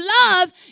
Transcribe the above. love